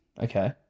Okay